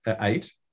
eight